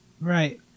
Right